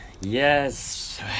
Yes